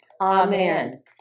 Amen